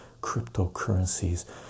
cryptocurrencies